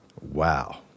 Wow